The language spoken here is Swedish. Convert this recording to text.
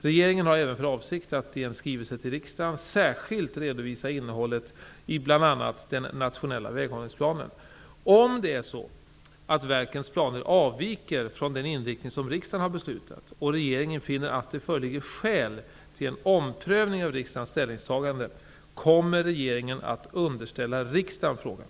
Regeringen har även för avsikt att i en skrivelse till riksdagen särskilt redovisa innehållet i bl.a. den nationella väghållningsplanen. Om det är så att verkens planer avviker från den inriktning som riksdagen har beslutat, och regeringen finner att det föreligger skäl till en omprövning av riksdagens ställningstagande, kommer regeringen att underställa riksdagen frågan.